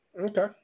Okay